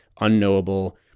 unknowable